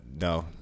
no